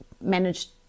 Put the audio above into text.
managed